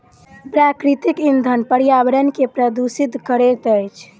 प्राकृतिक इंधन पर्यावरण के प्रदुषित करैत अछि